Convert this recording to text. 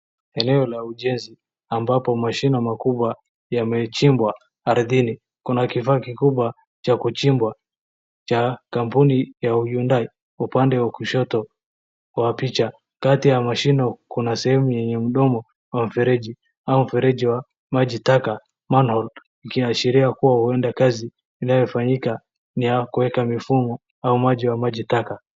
Eneo la ujenzi ambapo mashine makubwa yamechimbwa ardhini. Kuna kifaa kikubwa cha kuchimbwa cha kampuni ya Hyundai upande wa kushoto wa picha. Kati ya mashine kuna sehemu yenye mdomo wa mfereji au mfereji wa maji taka manhole kuashiria kuwa huenda kazi inayofanyika ni ya kuweka mifumo au maji ya maji taka.